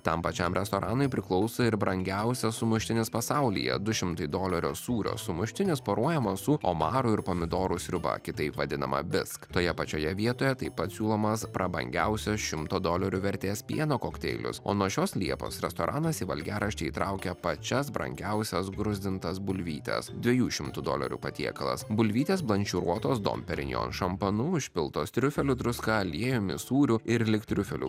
tam pačiam restoranui priklauso ir brangiausias sumuštinis pasaulyje du šimtai dolerių sūrio sumuštinis poruojamas su omarų ir pomidorų sriuba kitaip vadinama bisk toje pačioje vietoje taip pat siūlomas prabangiausias šimto dolerių vertės pieno kokteilis o nuo šios liepos restoranas į valgiaraštį įtraukia pačias brangiausias gruzdintas bulvytes dviejų šimtų dolerių patiekalas bulvytės blanširuotos don perinion šampanu užpiltos triufelių druska aliejumi sūriu ir lyg triufelių